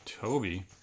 Toby